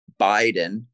Biden